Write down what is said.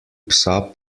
psa